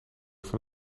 van